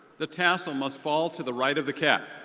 the tassel must fall to the right of the cap.